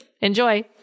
Enjoy